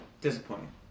disappointing